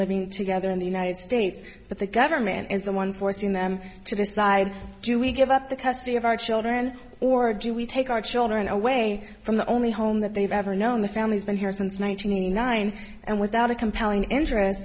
living together in the united states but the government is the one forcing them to decide do we give up the custody of our children or do we take our children away from the only home that they've ever known the family's been here since one thousand nine hundred nine and without a compelling interest